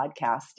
podcast